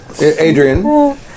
Adrian